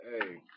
hey